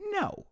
no